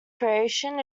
creation